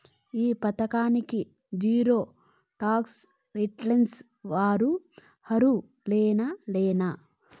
ఈ పథకానికి zero tax returns వారు అర్హులేనా లేనా?